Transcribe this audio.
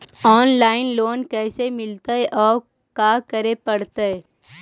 Online loan कैसे मिलतै औ का करे पड़तै?